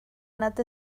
nad